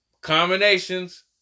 Combinations